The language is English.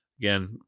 again